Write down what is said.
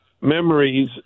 memories